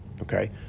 okay